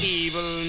evil